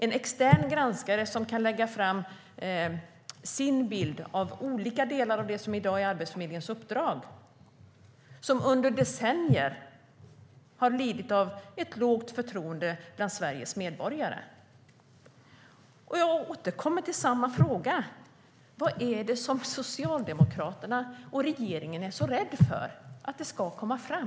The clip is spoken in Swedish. En extern granskare kan lägga fram sin bild av olika delar av det som är Arbetsförmedlingens uppdrag i dag, som under decennier har lidit av ett lågt förtroende bland Sveriges medborgare. Jag återkommer till samma fråga. Vad är det som Socialdemokraterna och regeringen är så rädda för ska komma fram?